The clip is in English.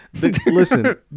listen